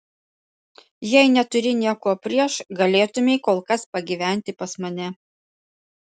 jei neturi nieko prieš galėtumei kol kas pagyventi pas mane